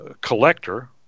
Collector